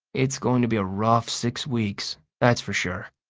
it's going to be a rough six weeks, that's for sure.